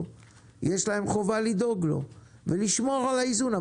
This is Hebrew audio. יש להם חובה לדאוג לו ולשמור על האיזון,